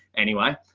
anyway,